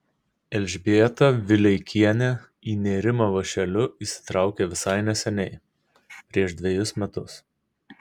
elžbieta vileikienė į nėrimą vąšeliu įsitraukė visai neseniai prieš dvejus metus